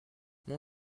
mon